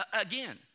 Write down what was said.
again